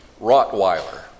Rottweiler